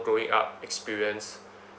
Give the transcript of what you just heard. growing up experience